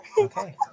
Okay